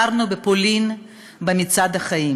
היינו בפולין ב"מצעד החיים"